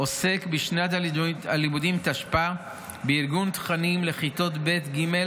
עוסק בשנת הלימודים תשפ"ה בארגון תכנים לכיתות ב' וג'